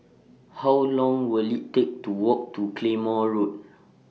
How Long Will IT Take to Walk to Claymore Road